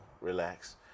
relax